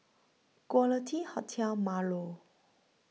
Quality Hotel Marlow